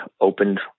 opened